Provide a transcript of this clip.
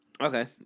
Okay